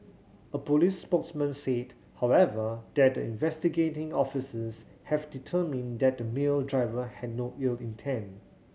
a police spokesman said however that the investigating officers have determined that the male driver had no ill intent